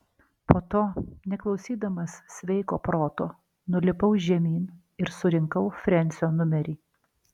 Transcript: po to neklausydamas sveiko proto nulipau žemyn ir surinkau frensio numerį